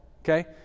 Okay